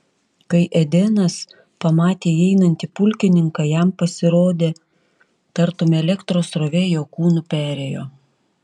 kai edenas pamatė įeinantį pulkininką jam pasirodė tartum elektros srovė jo kūnu perėjo